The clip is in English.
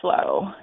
slow